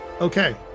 Okay